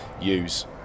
use